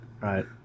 right